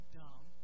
dumb